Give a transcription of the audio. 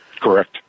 Correct